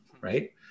right